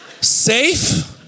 Safe